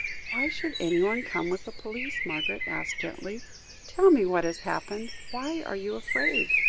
why should anyone come with the police? margaret asked gently tell me what has happened why are you afraid?